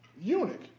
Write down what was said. eunuch